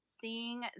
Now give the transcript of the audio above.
seeing